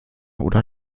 oder